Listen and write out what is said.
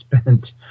spent